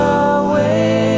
away